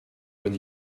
when